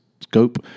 scope